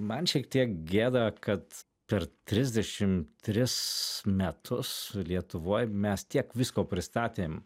man šiek tiek gėda kad per trisdešim tris metus lietuvoj mes tiek visko pristatėm